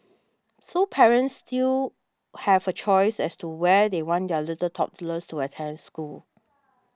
so parents still have a choice as to where they want their little toddlers to attend school